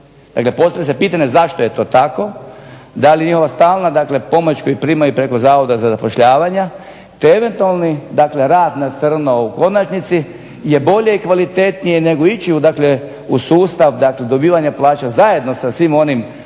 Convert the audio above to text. Dakle postavlja se pitanje zašto je to tako, da li njihova stalna dakle pomoć koju primaju preko Zavoda za zapošljavanje, te eventualni dakle rad na crno u konačnici je bolje i kvalitetnije nego ići u dakle u sustav dakle dobivanja plaćanja zajedno sa svim onim